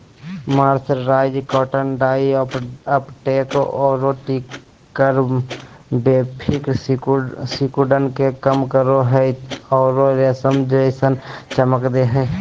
mercerised cotton dye uptake आरो tear fabric सिकुड़न के कम करो हई आरो रेशम जैसन चमक दे हई